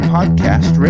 Podcast